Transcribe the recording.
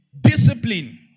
discipline